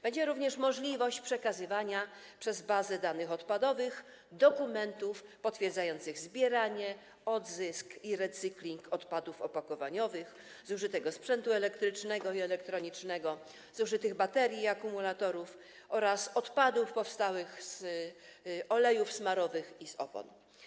Będzie również możliwość przekazywania przez bazę danych odpadowych dokumentów potwierdzających zbieranie, odzysk i recykling odpadów opakowaniowych, zużytego sprzętu elektrycznego i elektronicznego, zużytych baterii i akumulatorów oraz odpadów powstałych z olejów smarowych i z opon.